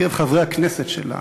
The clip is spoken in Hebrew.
בקרב חברי הכנסת שלה,